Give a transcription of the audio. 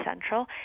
central